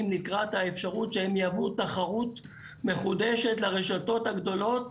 לקראת האפשרות שהם יהוו תחרות מחודשת לרשתות הגדולות.